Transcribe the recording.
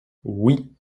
oui